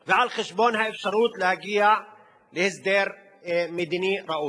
ועל חשבון האפשרות להגיע להסדר מדיני ראוי.